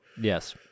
yes